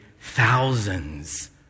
thousands